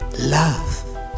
love